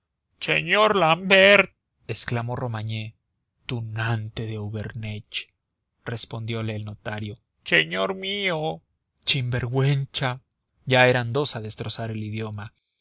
cheñor l'ambert exclamó romagné tunante de auvernech respondiole el notario cheñor mío chinvergüencha ya eran dos a destrozar el